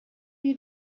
you